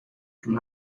from